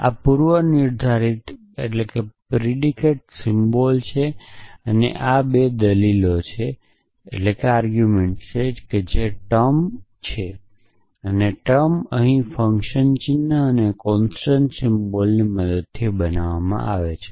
આ પૂર્વનિર્ધારિત સિમ્બોલ છે અને આ 2 દલીલો છે જે ટર્મ છે અને ટર્મ અહીં ફંકશન ચિહ્નો અને કોન્સટંટ સિમ્બોલની મદદથી બનાવવામાં આવે છે